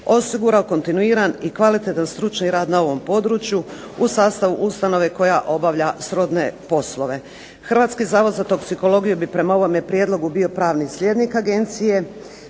osigurao kontinuiran i kvalitetan stručni rad na ovom području u sastavu ustanove koja obavlja srodne poslove. Hrvatski zavod za toksikologiju bi prema ovom Prijedlogu bio pravni slijednik agencije.